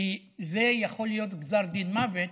כי זה יכול להיות גזר דין מוות